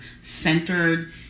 centered